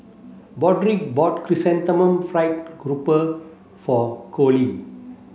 Broderick bought Chrysanthemum Fried Garoupa for Coley